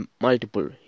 multiple